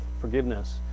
forgiveness